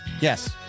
Yes